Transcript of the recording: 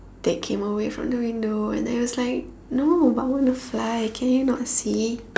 take him away from the window and then he was like no but I want to fly can you not see